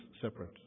separate